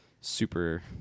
super